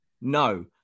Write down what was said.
No